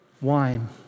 wine